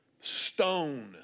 stone